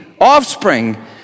offspring